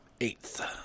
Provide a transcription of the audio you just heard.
Eighth